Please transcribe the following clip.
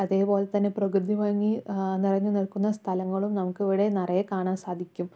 അതേപോലെ തന്നെ പ്രകൃതി ഭംഗി നിറഞ്ഞു നിൽക്കുന്ന സ്ഥലങ്ങളും നമുക്ക് ഇവിടെ നിറയെ കാണാൻ സാധിക്കും